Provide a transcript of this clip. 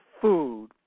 food